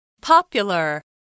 Popular